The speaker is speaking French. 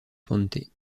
ponte